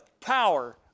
power